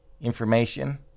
information